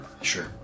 Sure